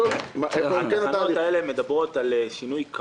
התקנות האלה מדברות על שינוי קבוע